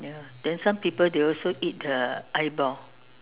ya then some people they also eat the eyeball